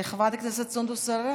חברת הכנסת סונדוס סאלח,